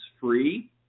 free